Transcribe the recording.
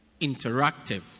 Interactive